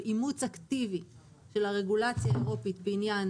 אימוץ אקטיבי של הרגולציה האירופית בעניין